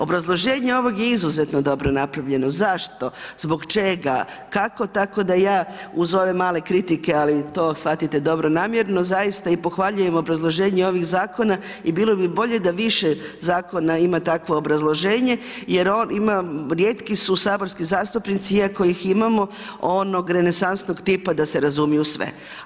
Obrazloženje ovog je izuzetno dobro napravljeno, zašto, zbog čega, kako tako da ja uz ove male kritike ali to shvatite dobronamjerno zaista i pohvaljujem obrazloženje ovih zakona i bilo bi bolje da više zakona ima takvo obrazloženje jer on ima rijetki su saborski zastupnici iako ih imamo, onog renesansnog tipa da se razumiju u sve.